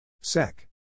Sec